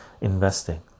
investing